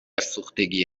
سوختگی